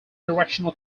directional